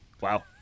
Wow